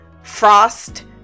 frost